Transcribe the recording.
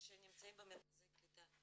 שנמצאים במרכזי קליטה,